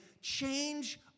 change